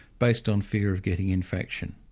based on fear of getting infection.